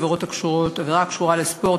עבירה הקשורה לספורט,